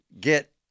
get